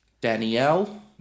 Danielle